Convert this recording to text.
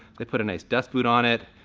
they put a nice dust boot on it.